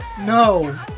No